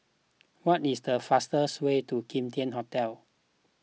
what is the fastest way to Kim Tian Hotel